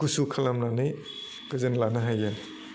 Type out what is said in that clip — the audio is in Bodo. गुसु खालामनानै गोजोन लानो हायो